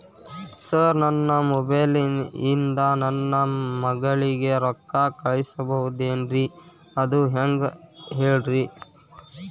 sir ನನ್ನ mobile ಇಂದ ನನ್ನ ಮಗಳಿಗೆ ರೊಕ್ಕಾ ಕಳಿಸಬಹುದೇನ್ರಿ ಅದು ಹೆಂಗ್ ಹೇಳ್ರಿ